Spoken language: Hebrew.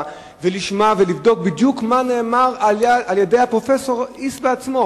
ולשמוע ולבדוק בדיוק מה נאמר על-ידי הפרופסור היס בעצמו.